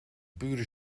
pure